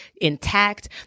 intact